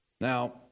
Now